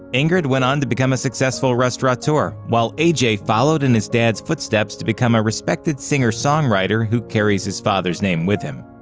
ingrid went on to become a successful restaurateur, while a j. followed in his dad's footsteps to become a respected singer-songwriter who carries his father's name with him.